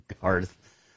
Garth